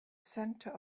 center